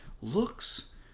looks